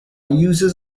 users